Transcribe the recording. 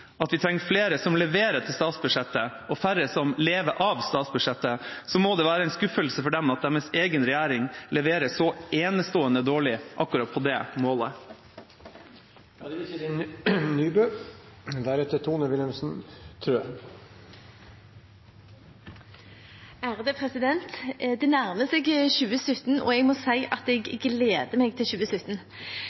at vi trenger flere som leverer til statsbudsjettet og færre som lever av statsbudsjettet, må det være en skuffelse for dem at deres egen regjering leverer så enestående dårlig akkurat på det målet. Det nærmer seg 2017 og jeg må si at jeg gleder meg til 2017.